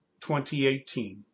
2018